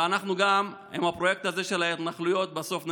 ואנחנו גם עם הפרויקט הזה של ההתנחלויות בסוף ננצח.